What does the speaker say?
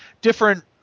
different